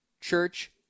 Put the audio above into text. church